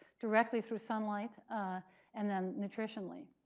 directly through sunlight and then nutritionally.